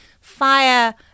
fire